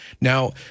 Now